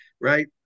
right